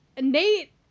Nate